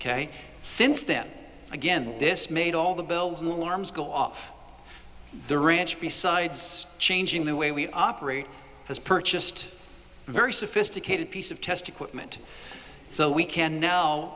ok since then again this made all the bells in the arms go off the ranch besides changing the way we operate has purchased a very sophisticated piece of test equipment so we can now